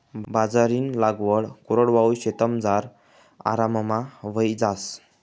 बाजरीनी लागवड कोरडवाहू शेतमझार आराममा व्हयी जास